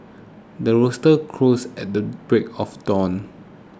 the rooster crows at the break of dawn